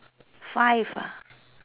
five ah